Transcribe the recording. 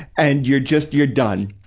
and you're just, you're done.